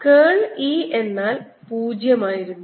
കേൾ E എന്നാൽ 0 ആയിരുന്നു